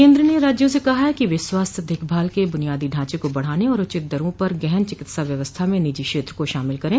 केंद्र ने राज्यों से कहा है कि वे स्वास्थ्य देखभाल के बुनियादी ढांचे को बढ़ाने और उचित दरों पर गहन चिकित्सा व्यवस्था में निजी क्षेत्र को शामिल करें